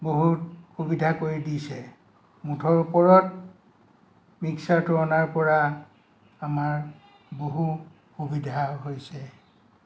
বহুত সুবিধা কৰি দিছে মুঠৰ ওপৰত মিক্সচাৰটো অনাৰ পৰা আমাৰ বহু সুবিধা হৈছে